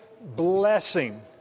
blessing